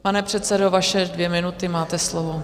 Pane předsedo, vaše dvě minuty, máte slovo.